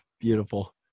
beautiful